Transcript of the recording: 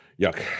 Yuck